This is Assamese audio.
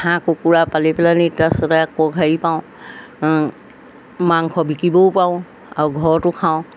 হাঁহ কুকুৰা পালি পেলাহেনি তাৰপিছতে আকৌ হেৰি পাওঁ মাংস বিকিবও পাৰোঁ আৰু ঘৰতো খাওঁ